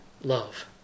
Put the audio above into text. love